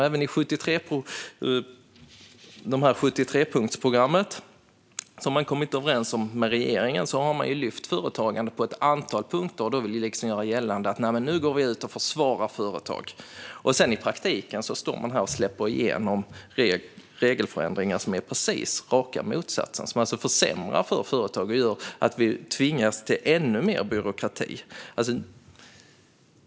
Även i 73-punktsprogrammet, som man har kommit överens om med regeringen, har man lyft företagande på ett antal punkter. Man vill liksom göra gällande att man går ut och försvarar företag. I praktiken står man här och släpper igenom regelförändringar som är precis raka motsatsen, som alltså försämrar för företag och gör att vi tvingas till ännu mer byråkrati.